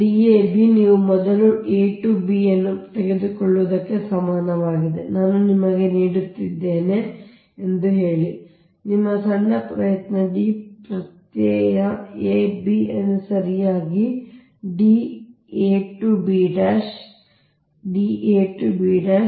Dab ನೀವು ಮೊದಲು a to b ಅನ್ನು ತೆಗೆದುಕೊಳ್ಳುವುದಕ್ಕೆ ಸಮಾನವಾಗಿದೆ ನಾನು ನಿಮಗೆ ನೀಡುತ್ತಿದ್ದೇನೆ ಎಂದು ಹೇಳಿ ಇದು ನಿಮ್ಮ ಸಣ್ಣ d ಪ್ರತ್ಯಯ a b ಅನ್ನು ಸರಿಯಾಗಿ ನಂತರ d a to b so d a to b ಒಳಗೆ